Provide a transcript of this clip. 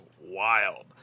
wild